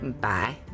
bye